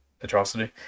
atrocity